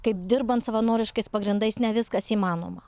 kaip dirbant savanoriškais pagrindais ne viskas įmanoma